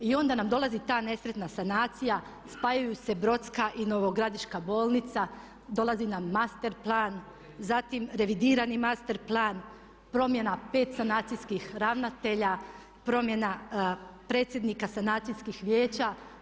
I onda nam dolazi ta nesretna sanacija, spajaju se Brodska i Novogradiška bolnica, dolazi nam master plan, zatim revidirani master plan, promjena pet sanacijskih ravnatelja, promjena predsjednika sanacijskih vijeća.